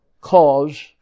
cause